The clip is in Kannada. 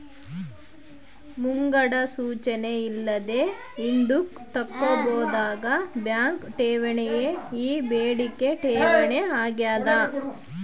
ಮುಂಗಡ ಸೂಚನೆ ಇಲ್ಲದೆ ಹಿಂದುಕ್ ತಕ್ಕಂಬೋದಾದ ಬ್ಯಾಂಕ್ ಠೇವಣಿಯೇ ಈ ಬೇಡಿಕೆ ಠೇವಣಿ ಆಗ್ಯಾದ